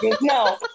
no